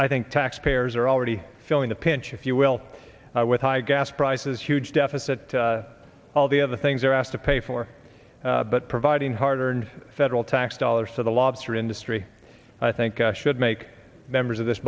i think taxpayers are already feeling the pinch if you will with high gas prices huge deficit all the other things they're asked to pay for but providing hard earned federal tax dollars to the lobster industry i think i should make members of this